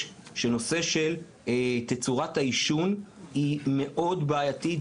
על כך שתצורת העישון היא מאוד בעייתית,